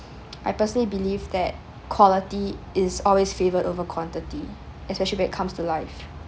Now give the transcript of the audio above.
I personally believe that quality is always favored over quantity especially when it comes to life